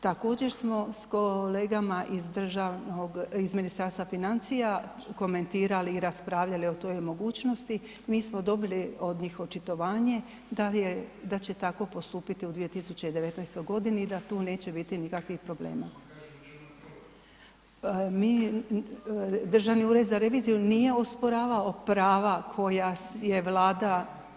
Također smo s kolegama iz Ministarstva financija komentirali i raspravljali o toj mogućnosti, mi smo dobili od njih očitovanje da će tako postupiti u 2019. g. i da tu neće biti nikakvih problema. … [[Upadica sa strane, ne razumije se.]] Državni ured za reviziju nije osporavao prava koja je Vlada